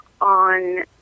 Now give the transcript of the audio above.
on